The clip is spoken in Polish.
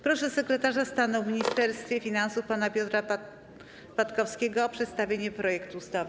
Proszę podsekretarza stanu w Ministerstwie Finansów pana Piotra Patkowskiego o przedstawienie projektu ustawy.